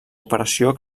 operació